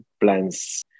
plans